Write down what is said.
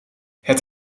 het